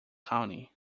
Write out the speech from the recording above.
county